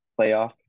playoff